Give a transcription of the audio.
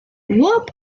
verbs